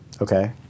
Okay